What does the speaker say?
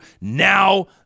now